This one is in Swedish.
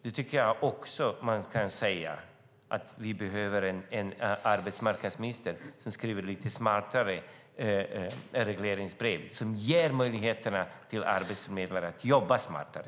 Vi behöver också en arbetsmarknadsminister som skriver lite smartare regleringsbrev som ger möjligheterna till arbetsförmedlare att jobba smartare.